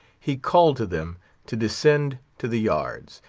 he called to them to descend to the yards,